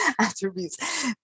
attributes